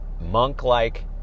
monk-like